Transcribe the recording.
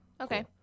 Okay